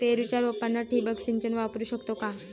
पेरूच्या रोपांना ठिबक सिंचन वापरू शकतो का?